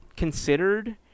considered